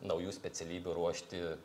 naujų specialybių ruošti